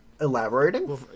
elaborating